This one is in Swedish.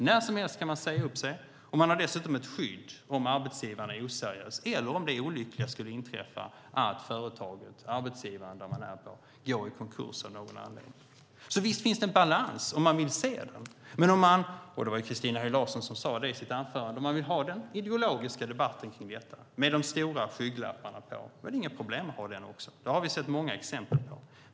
När som helst kan man säga upp sig, och man har dessutom ett skydd, om arbetsgivaren är oseriös eller om det olyckliga skulle inträffa att arbetsgivaren, företaget, där man är går i konkurs av någon anledning. Visst finns det en balans, om man vill se den. Men om man - och det var Christina Höj Larsen som talade om det i sitt anförande - vill ha den ideologiska debatten kring detta, med de stora skygglapparna på, då är det inga problem att ha den också. Det har vi sett många exempel på.